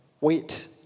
Wait